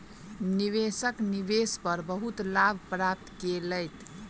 निवेशक निवेश पर बहुत लाभ प्राप्त केलैथ